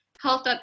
health